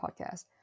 podcast